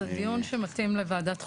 זה דיון שמתאים לוועדת חוקה,